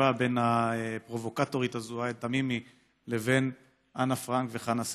שהשווה בין הפרובוקטורית ההזויה תמימי לבין אנה פרנק וחנה סנש,